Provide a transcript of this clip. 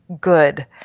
good